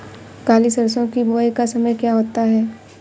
काली सरसो की बुवाई का समय क्या होता है?